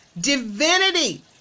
Divinity